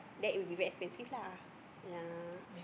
that will be very expensive lah yea